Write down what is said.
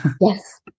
Yes